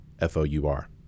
F-O-U-R